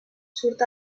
surt